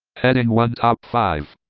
heading one top five,